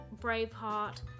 Braveheart